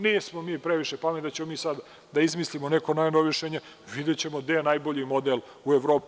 Nismo mi previše pameti da ćemo mi sad da izmislimo neko najbolje rešenje, ali videćemo gde je najbolji model u Evropi.